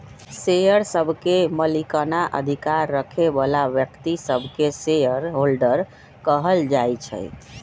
share सभके मलिकना अधिकार रखे बला व्यक्तिय सभके शेयर होल्डर कहल जाइ छइ